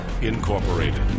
Incorporated